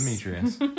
Demetrius